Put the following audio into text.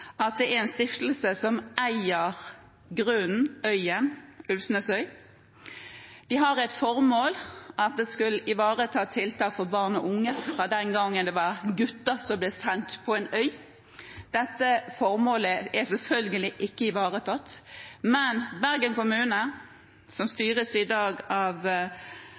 at det er en stiftelse som eier grunnen og øya Ulvsnesøy. De hadde et formål: De skulle ivareta tiltak for barn og unge, fra den gangen det var gutter som ble sendt på øya. Dette formålet er selvfølgelig ikke ivaretatt. Men Bergen kommune, som i dag styres av